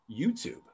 YouTube